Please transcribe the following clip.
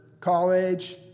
college